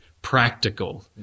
practical